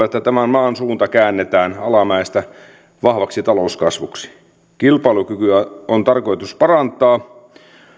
että tämän maan suunta käännetään alamäestä vahvaksi talouskasvuksi kilpailukykyä on tarkoitus parantaa